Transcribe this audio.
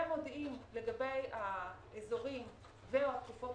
ומודיעים לגבי האזורים או התקופות